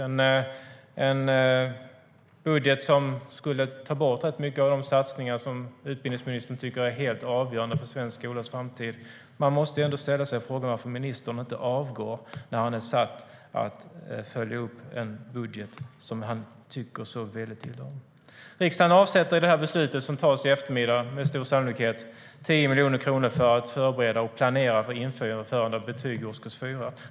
Det var en budget som skulle ta bort rätt mycket av de satsningar som utbildningsministern tycker är helt avgörande för svensk skolas framtid. Riksdagen avsätter genom det beslut som med stor sannolikhet fattas i eftermiddag 10 miljoner kronor för att förbereda och planera för införandet av betyg i årskurs 4.